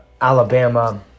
Alabama